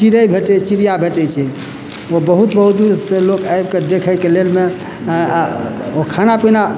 चिड़ै भेटै चिड़िया भेटै छै ओ बहुत बहुत दूर से लोक आबि कऽ देखैके लेलमे ओ खाना पीना